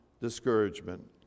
discouragement